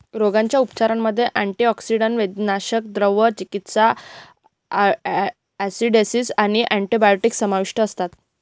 रोगाच्या उपचारांमध्ये अँटीटॉक्सिन, वेदनाशामक, द्रव चिकित्सा, ॲसिडॉसिस आणि अँटिबायोटिक्स समाविष्ट असतात